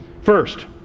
First